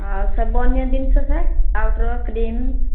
ଆଉ ସବୁ ଅନ୍ୟ ଜିନିଷ ସାର୍ ପାଉଡ଼ର୍ କ୍ରିମ୍